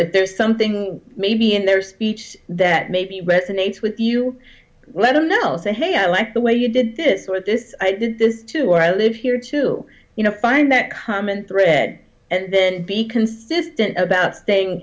if there's something maybe in their speech that maybe resonates with you let them know say hey i like the way you did this or this i did this to where i live here too you know find that common thread and then be consistent about staying